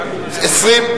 2012,